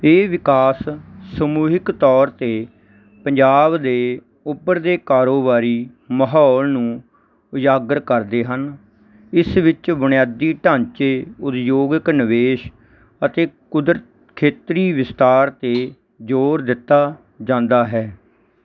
ਇਹ ਵਿਕਾਸ ਸਮੂਹਿਕ ਤੌਰ 'ਤੇ ਪੰਜਾਬ ਦੇ ਉੱਭਰਦੇ ਕਾਰੋਬਾਰੀ ਮਾਹੌਲ ਨੂੰ ਉਜਾਗਰ ਕਰਦੇ ਹਨ ਇਸ ਵਿੱਚ ਬੁਨਿਆਦੀ ਢਾਂਚੇ ਉਦਯੋਗਿਕ ਨਿਵੇਸ਼ ਅਤੇ ਕੁਦਰਤ ਖੇਤਰੀ ਵਿਸਤਾਰ 'ਤੇ ਜੋਰ ਦਿੱਤਾ ਜਾਂਦਾ ਹੈ